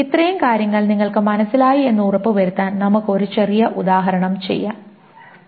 ഇത്രയും കാര്യങ്ങൾ നിങ്ങൾക്ക് മനസ്സിലായി എന്നു ഉറപ്പുവരുത്താൻ നമുക്ക് ഒരു ചെറിയ ഉദാഹരണം ചെയ്യാം